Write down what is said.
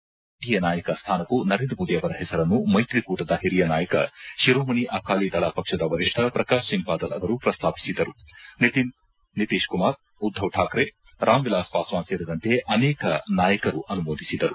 ನಂತರ ಎನ್ಡಿಎ ನಾಯಕ ಸ್ಥಾನಕ್ಕೂ ನರೇಂದ್ರ ಮೋದಿ ಅವರ ಪೆಸರನ್ನು ಮೈತ್ರಿಕೂಟದ ಒರಿಯ ನಾಯುಕ ಶಿರೋಮಣಿ ಅಕಾಲಿದಳ ಪಕ್ಷದ ವರಿಷ್ಠ ಪ್ರಕಾಶ್ ಸಿಂಗ್ ಬಾದಲ್ ಅವರು ಪ್ರಸ್ತಾಪಿಸಿದರು ನಿತೀಶ್ ಕುಮಾರ್ ಉದ್ಧವ್ ಕಾಕ್ರೆ ರಾಮವಿಲಾಸ್ ಪಾಸ್ವಾನ್ ಸೇರಿದಂತೆ ಅನೇಕ ನಾಯಕರು ಅನುಮೋದಿಸಿದರು